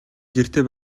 гэртээ